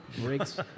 Breaks